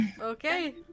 Okay